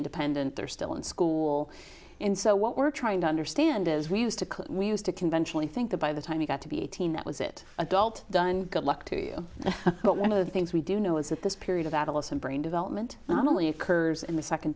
independent they're still in school and so what we're trying to understand as we used to we used to conventionally think that by the time you got to be eighteen that was it adult done good luck to you but one of the things we do know is that this period of adolescent brain development not only occurs in the second